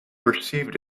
perceived